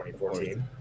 2014